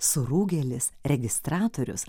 surūgėlis registratorius